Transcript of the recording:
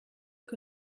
que